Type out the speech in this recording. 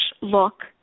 look